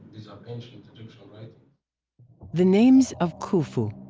is ancient egyptian writing the names of khufu,